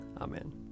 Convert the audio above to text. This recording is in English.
Amen